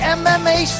mma